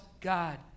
God